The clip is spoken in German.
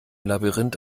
labyrinth